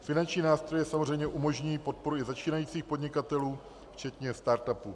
Finanční nástroje samozřejmě umožní podporu i začínajících podnikatelů, včetně start upů.